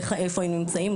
איפה הם נמצאים,